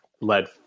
led